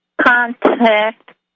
Contact